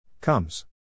Comes